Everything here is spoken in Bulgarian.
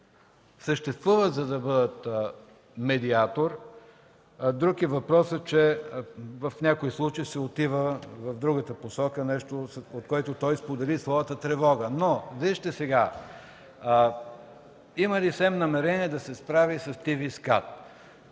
съществуват, за да бъдат медиатор. Друг е въпросът, че в някои случаи се отива в другата посока, нещо, от което той сподели своята тревога. Но, вижте – има ли СЕМ намерение да се справи с ТВ Скат?